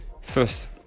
first